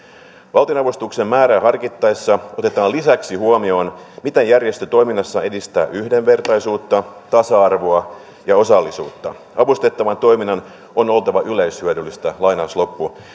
valtionavustuksen määrää harkittaessa otetaan lisäksi huomioon miten järjestö toiminnassaan edistää yhdenvertaisuutta tasa arvoa ja osallisuutta avustettavan toiminnan on oltava yleishyödyllistä